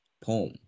poem